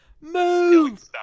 move